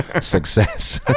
success